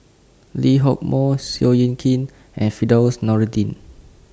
Lee Hock Moh Seow Yit Kin and Firdaus Nordin